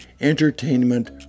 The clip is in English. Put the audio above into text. entertainment